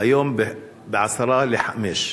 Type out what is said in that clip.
והיום ב-04:50,